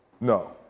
No